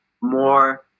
more